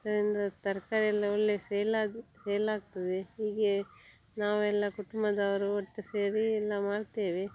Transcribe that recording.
ಅದರಿಂದ ತರಕಾರಿಯೆಲ್ಲ ಒಳ್ಳೆಯ ಸೇಲ್ ಆಗು ಸೇಲಾಗ್ತದೆ ಹೀಗೆ ನಾವೆಲ್ಲ ಕುಟುಂಬದವರು ಒಟ್ಟು ಸೇರಿ ಎಲ್ಲ ಮಾಡ್ತೇವೆ